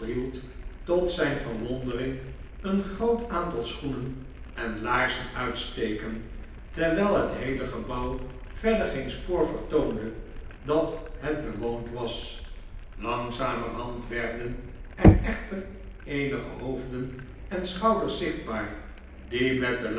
tot zijn verwondering een groot aantal schoenen en laarzen uitsteken terwijl het heele gebouw verder geen spoor vertoonde dat het bewoond was langzamerhand werden er echter eenige hoofden en schouders zichtbaar die met de